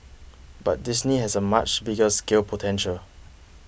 but Disney has a much bigger scale potential